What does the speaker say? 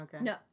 No